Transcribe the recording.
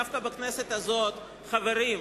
דווקא בכנסת הזאת: חברים,